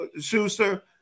Schuster